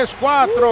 Cuatro